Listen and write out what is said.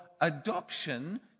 adoption